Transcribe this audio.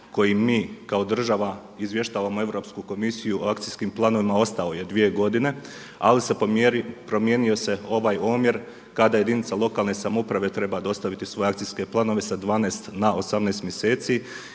koji mi kao država izvještavamo Europsku komisiju o akcijskim planovima ostao je 2 godine ali se promijenio ovaj omjer kada jedinica lokalne samouprave treba dostaviti svoje akcijske planove sa 12 na 18 mjeseci